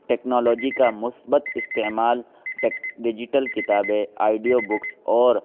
technology کا مثبت استعمال ڈیجیٹل کتابے آئیڈیو بکس اور